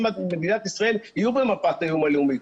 על מדינת ישראל יהיו במפת האיום הלאומית.